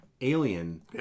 Alien